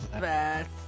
best